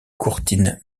courtine